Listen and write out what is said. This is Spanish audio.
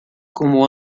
como